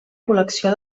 col·lecció